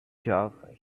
job